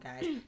guys